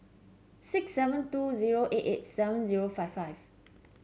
six seven two zero eight eight seven zero five five